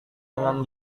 dengan